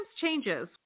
changes